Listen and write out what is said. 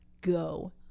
go